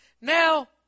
Now